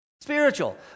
Spiritual